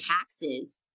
taxes